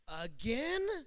again